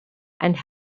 and